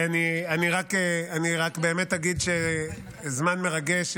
אני רק באמת אגיד שזמן מרגש,